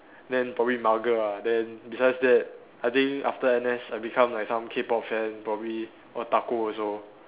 then probably mugger lah then besides that I think after N_S I become like some K-pop fan probably otaku also